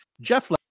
Jeff